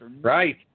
Right